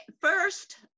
first